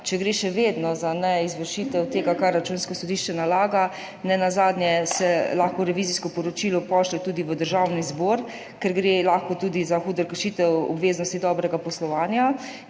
če gre še vedno za neizvršitev tega, kar Računsko sodišče nalaga. Nenazadnje se lahko revizijsko poročilo pošlje tudi v Državni zbor, ker gre lahko tudi za hudo kršitev obveznosti dobrega poslovanja,